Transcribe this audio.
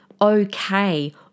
okay